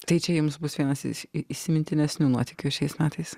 tai čia jums bus vienas iš įsimintinesnių nuotykių šiais metais